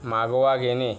मागोवा घेणे